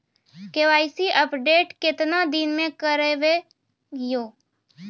KYC update केतना दिन मे करेबे यो?